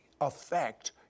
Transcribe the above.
affect